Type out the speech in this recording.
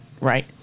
Right